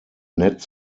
netz